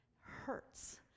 hurts